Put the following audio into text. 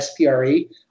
SPRE